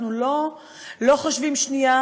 אנחנו לא חושבים שנייה,